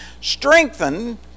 Strengthen